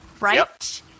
Right